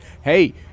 Hey